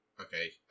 Okay